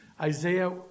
Isaiah